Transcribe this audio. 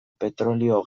petrolio